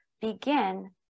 begin